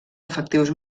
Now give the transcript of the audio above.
efectius